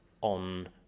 on